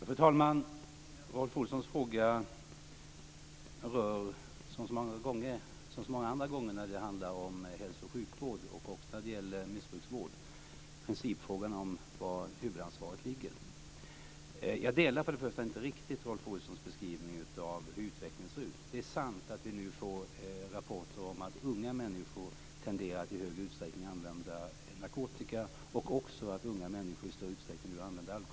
Fru talman! Rolf Olssons fråga rör som så många andra gånger när det handlar om hälso och sjukvård och även när det gäller missbrukarvård principfrågan om var huvudansvaret ligger. Jag delar först och främst inte riktigt Rolf Olssons beskrivning av hur utvecklingen ser ut. Det är sant att vi nu får rapporter om att unga människor tenderar att i högre utsträckning använda narkotika och även att unga människor i större utsträckning nu använder alkohol.